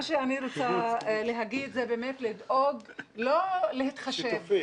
רוצה באמת לא להתחשב,